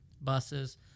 buses